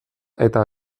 eta